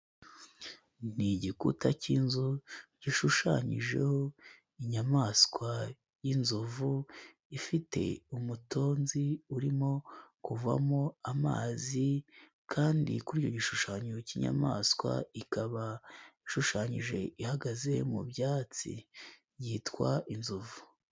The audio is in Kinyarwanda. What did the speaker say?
Ni igikuta cy'inzu gishushanyijeho inyamanswa y'inzovu ifite umutonzi urimo kuvamo amazi kandi kuri icyo gishushanyo cy'inyamanswa ikaba ishushanyije ihagaze mu byatsi, yitwa inzovu.